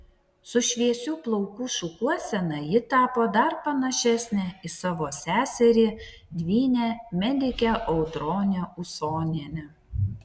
su šviesių plaukų šukuosena ji tapo dar panašesnė į savo seserį dvynę medikę audronę usonienę